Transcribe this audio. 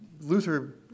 Luther